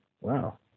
Wow